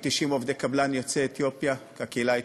כ-90 עובדי קבלן יוצאי הקהילה האתיופית.